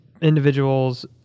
individuals